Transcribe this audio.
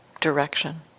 direction